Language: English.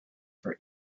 for